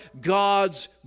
God's